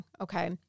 Okay